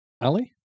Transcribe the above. Ali